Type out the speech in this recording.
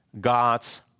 God's